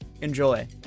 enjoy